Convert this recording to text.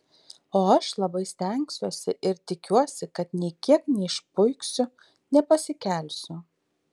o aš labai stengsiuosi ir tikiuosi kad nė kiek neišpuiksiu nepasikelsiu